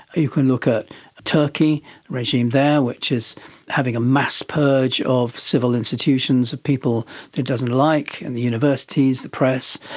you can look at turkey, the regime there which is having a mass purge of civil institutions of people it doesn't like in the universities, the press.